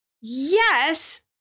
Yes